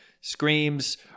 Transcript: Screams